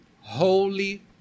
Holy